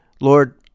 Lord